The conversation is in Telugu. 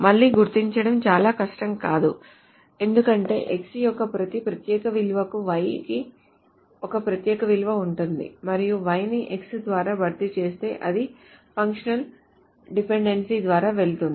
మళ్లీ గుర్తించడం చాలా కష్టం కాదు ఎందుకంటే X యొక్క ప్రతి ప్రత్యేక విలువకు Y కి ఒక ప్రత్యేక విలువ ఉంటుంది మరియు Y ని X ద్వారా భర్తీ చేస్తే అదే ఫంక్షనల్ డిపెండెన్సీ ద్వారా వెళుతుంది